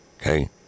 okay